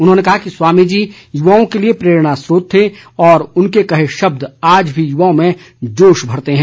उन्होंने कहा कि स्वामी जी युवाओं के लिए प्रेरणास्रोत हैं और उनके कहे शब्द आज भी युवाओं में जोश भरते हैं